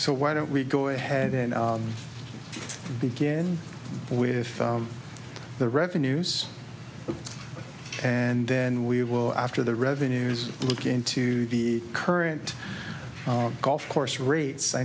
so why don't we go ahead and begin with the revenues and then we will after the revenues look into the current golf course rates i